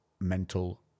mental